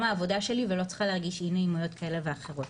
העבודה שלי ולא צריכה להרגיש אי נעימויות כאלה ואחרות.